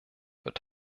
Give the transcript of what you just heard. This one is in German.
wird